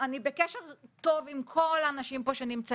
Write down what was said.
אני בקשר בטוב עם כל האנשים פה שנמצאים.